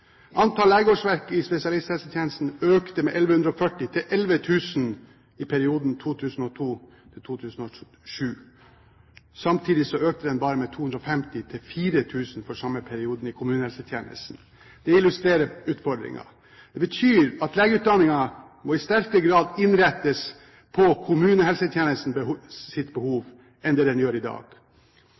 Antall legeårsverk i spesialisthelsetjenesten økte med 1 140, til 11 000 i perioden 2002–2007. Samtidig økte den bare med 250, til 4 000 for samme periode i kommunehelsetjenesten. Det illustrerer utfordringen. Det betyr at legeutdanningen i sterkere grad må innrettes på kommunehelsetjenestens behov enn den gjør i dag.